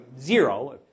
zero